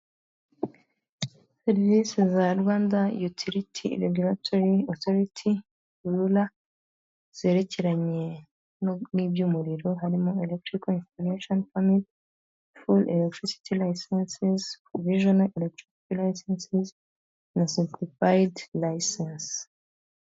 serivisi za rwanda yotirity regratoy autrity bula zerekeranye niby'umuriro harimo alectirica in foundation farmily for afstl cencesvisional o a pliceses na cpripide licens